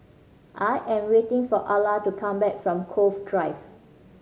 I am waiting for Alla to come back from Cove Drive